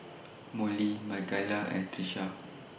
Mollie Makaila and Trisha